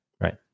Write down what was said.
Right